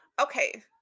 okay